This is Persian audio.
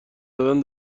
دادن